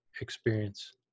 experience